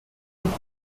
would